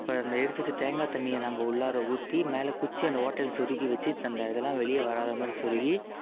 அப்புறம் அந்த எடுத்து வைச்ச தேங்காய் தண்ணியை நாங்கள் உள்ளாரே ஊற்றி மேலே குச்சி அந்த ஓட்டையில் சொருகி வச்சு அந்த இதெல்லாம் வெளியே வராதமாதிரி சொருகி